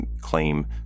claim